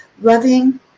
loving